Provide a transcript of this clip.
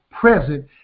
present